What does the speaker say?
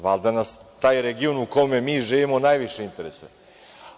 Valjda nas taj region u kome mi živimo najviše interesuje.